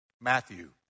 Matthew